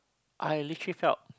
I literally felt